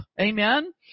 Amen